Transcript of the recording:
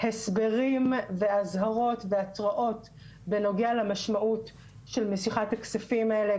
הסברים ואזהרות והתרעות בנוגע למשמעות של משיכת הכספים האלה,